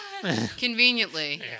Conveniently